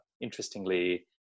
interestingly